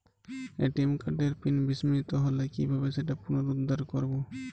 ATM কার্ডের pin বিস্মৃত হলে কীভাবে সেটা পুনরূদ্ধার করব?